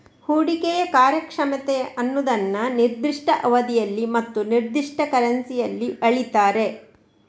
ಹೂಡಿಕೆಯ ಕಾರ್ಯಕ್ಷಮತೆ ಅನ್ನುದನ್ನ ನಿರ್ದಿಷ್ಟ ಅವಧಿಯಲ್ಲಿ ಮತ್ತು ನಿರ್ದಿಷ್ಟ ಕರೆನ್ಸಿಯಲ್ಲಿ ಅಳೀತಾರೆ